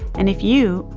and if you,